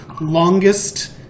longest